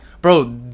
Bro